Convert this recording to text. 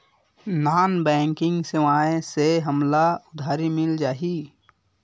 Non banking सेवाएं से हमला उधारी मिल जाहि?